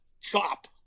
chop